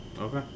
Okay